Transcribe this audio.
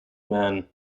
man